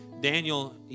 Daniel